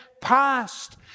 past